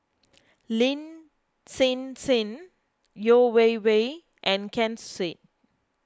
Lin Hsin Hsin Yeo Wei Wei and Ken Seet